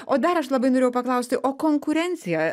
o dar aš labai norėjau paklausti o konkurencija